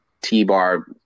t-bar